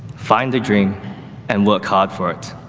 find the dream and work hard for it.